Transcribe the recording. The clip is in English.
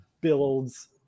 builds